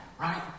right